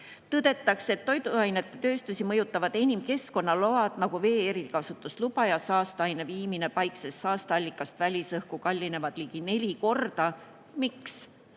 Tõdetakse, et toiduainetööstust enim mõjutavad keskkonnaload, nagu vee erikasutusluba ja saasteaine viimine paiksest saasteallikast välisõhku, kallinevad ligi neli korda. Miks?